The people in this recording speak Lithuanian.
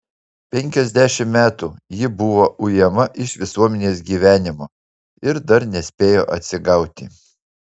penkiasdešimt metų ji buvo ujama iš visuomenės gyvenimo ir dar nespėjo atsigauti